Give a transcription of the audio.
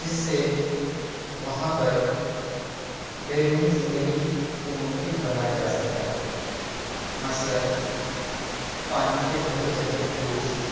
جس سے وہاں پر بیرونی زندگی کو ممکن بنایا جا سکتا ہے مثلاََ پانی کے ہلکے ہلکے نقوش